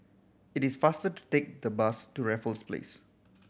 it is faster to take the bus to Raffles Place